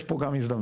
יש פה גם הזדמנות,